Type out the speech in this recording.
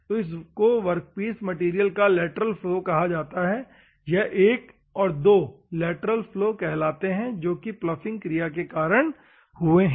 तो इस को वर्कपीस मैटेरियल का लेटरल फ्लो कहा जाता है यह 1 और 2 लेटरल फ्लो कहलाते हैं जो कि पलॉफिंग क्रिया के कारण हुए हैं